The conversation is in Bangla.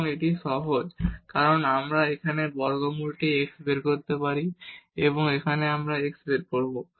এবং এটি সহজ কারণ আমরা এখানে বর্গমূল x বের করতে পারি এবং এখানে আমরা x বের করব